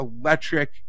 electric